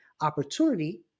opportunity